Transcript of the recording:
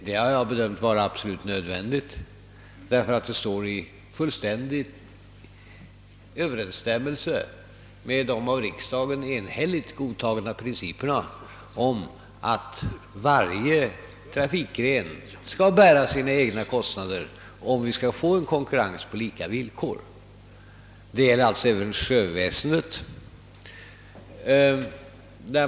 Det har jag bedömt vara alldeles nödvändigt; det står i full överensstämmelse med de av riksdagen enhälligt godtagna principerna om att varje trafikgren skall bära sina egna kostnader, så att vi skall få en konkurrens på lika villkor. Detta gäller alltså även sjöväsendet.